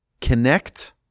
connect